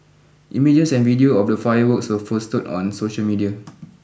images and video of the fireworks were posted on social media